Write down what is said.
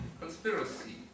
conspiracy